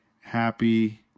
happy